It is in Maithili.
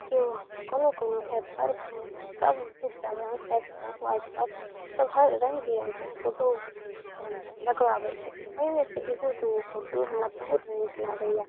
तऽ केओ कोनो कोनो ऐपपर सब इन्सटाग्राम फेसबुक व्हाट्सऐप सब हर रङ्ग बिरङ्गके फोटो लगबाबै छथिन ओइमेसँ एगो दूगो फोटो हमरा बहुत नीक लागैय